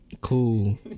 Cool